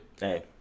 Hey